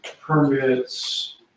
permits